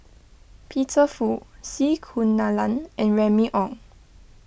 Peter Fu C Kunalan and Remy Ong